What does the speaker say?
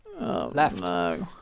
Left